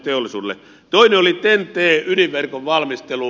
toinen oli ten t ydinverkon valmistelu